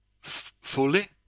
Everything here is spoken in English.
fully